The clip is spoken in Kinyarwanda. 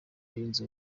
yunze